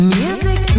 music